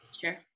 Sure